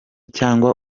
cyangwa